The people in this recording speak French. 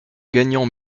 gagnant